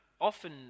often